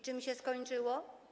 Czym się to skończyło?